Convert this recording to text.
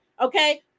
okay